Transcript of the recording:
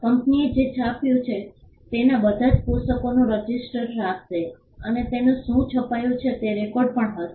કંપનીએ જે છાપ્યુ છે તેના બધા જ પુસ્તકોનું રજિસ્ટર રાખશે અને તેને શું છપાયું છે તે રેકોર્ડ પર હશે